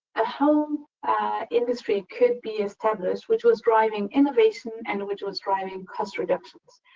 a whole industry could be established, which was driving innovation and which was driving cost reductions.